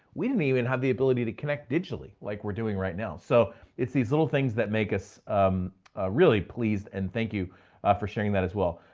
we didn't even have the ability to connect digitally like we're doing right now. so it's these little things that make us really pleased. and thank you for sharing that as well.